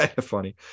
Funny